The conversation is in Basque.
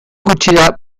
gutxira